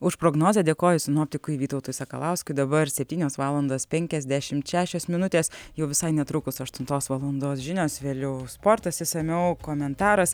už prognozę dėkoju sinoptikui vytautui sakalauskui dabar septynios valandos penkiasdešimt šešios minutės jau visai netrukus aštuntos valandos žinios vėliau sportas išsamiau komentaras